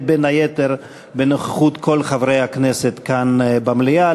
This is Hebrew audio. בין היתר בנוכחות כל חברי הכנסת כאן במליאה,